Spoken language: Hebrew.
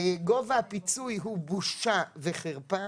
גובה הפיצוי הוא בושה וחרפה